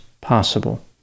possible